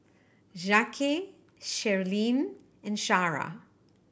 Jacquez Sherlyn and Shara